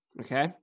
Okay